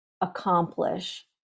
accomplish